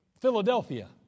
Philadelphia